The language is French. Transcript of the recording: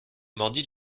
mordit